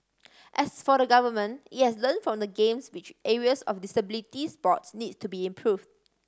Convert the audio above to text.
as for the Government it has learnt from the Games which areas of disabilities sports needs to be improve